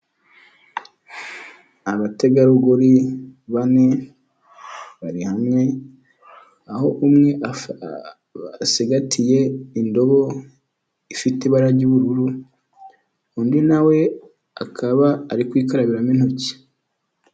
Abategarugori bane, bari hamwe, aho umwe asigagatiye indobo ifite ibara ry'ubururu, undi nawe akaba ari kuyikarabiramo intoki.